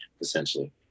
essentially